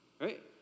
Right